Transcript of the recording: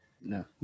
No